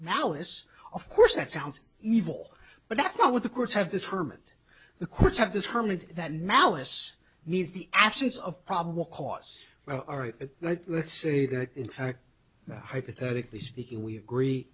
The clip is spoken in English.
malice of course that sounds evil but that's not what the courts have determined that the courts have this harmony that malice needs the absence of probable cause well all right let's say that in fact hypothetically speaking we agree